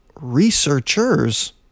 researchers